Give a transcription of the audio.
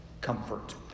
comfort